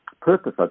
purpose